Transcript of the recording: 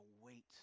wait